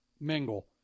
mingle